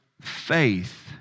faith